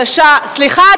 התשע"א 2011. סליחה,